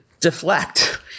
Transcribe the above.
deflect